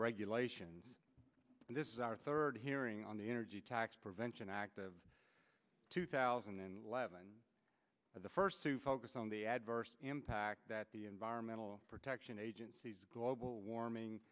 regulations and this is our third hearing on the energy tax prevention act of two thousand and eleven and the first to focus on the adverse impact that the environmental protection agency's globe warming